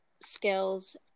skills